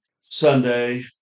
Sunday